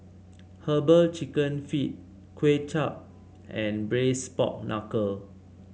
herbal chicken feet Kuay Chap and Braised Pork Knuckle